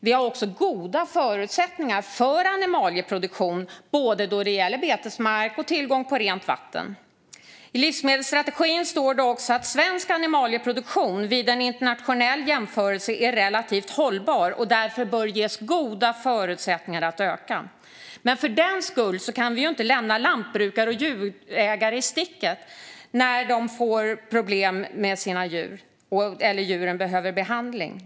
Vi har också goda förutsättningar för animalieproduktion både när det gäller betesmark och tillgång på rent vatten. I livsmedelsstrategin står det också att svensk animalieproduktion vid en internationell jämförelse är relativt hållbar och därför bör ges goda förutsättningar att öka. Men för den skull kan vi inte lämna lantbrukare och djurägare i sticket när de får problem med sina djur och djuren behöver behandling.